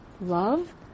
Love